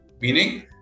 meaning